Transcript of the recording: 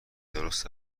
درست